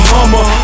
Hummer